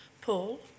Paul